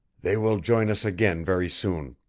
they will join us again very soon.